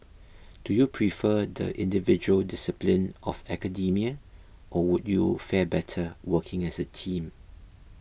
do you prefer the individual discipline of academia or would you fare better working as a team